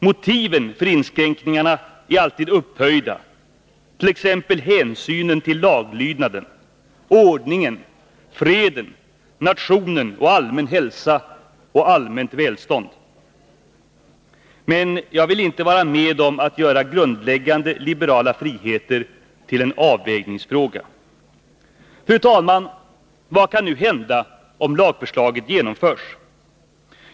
Motiven för inskränkningarna är alltid upphöjda, t.ex. hänsynen till laglydnaden, ordningen, freden, nationen och allmän hälsa och allmänt välstånd. Men jag vill inte vara med om att göra grundläggande liberala friheter till en avvägningsfråga. Fru talman! Vad kan nu hända om lagförslaget genomförs?